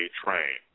train